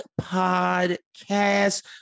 podcast